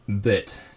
bit